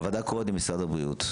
הוועדה קוראת למשרד הבריאות,